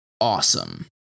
awesome